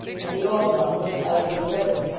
and the old one wouldn't let it be delivered.